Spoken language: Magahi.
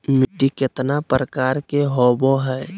मिट्टी केतना प्रकार के होबो हाय?